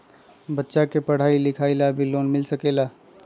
बच्चा के पढ़ाई लिखाई ला भी लोन मिल सकेला?